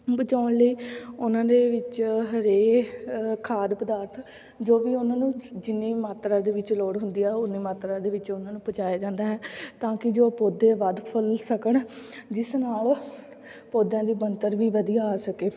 ਬਚਾਉਣ ਲਈ ਉਹਨਾਂ ਦੇ ਵਿੱਚ ਹਰੇ ਖਾਦ ਪਦਾਰਥ ਜੋ ਵੀ ਉਹਨਾਂ ਨੂੰ ਜਿੰਨੀ ਮਾਤਰਾ ਦੇ ਵਿੱਚ ਲੋੜ ਹੁੰਦੀ ਆ ਓਨੀ ਮਾਤਰਾ ਦੇ ਵਿੱਚ ਉਹਨਾਂ ਨੂੰ ਪਹੁੰਚਾਇਆ ਜਾਂਦਾ ਹੈ ਤਾਂ ਕਿ ਜੋ ਪੌਦੇ ਵੱਧ ਫੁੱਲ ਸਕਣ ਜਿਸ ਨਾਲ ਪੌਦਿਆਂ ਦੀ ਬਣਤਰ ਵੀ ਵਧੀਆ ਆ ਸਕੇ